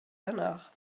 danach